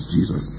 Jesus